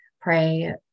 pray